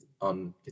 on